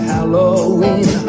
Halloween